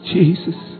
Jesus